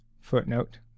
footnote